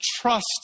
trust